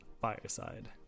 Fireside